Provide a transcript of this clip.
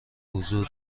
حضور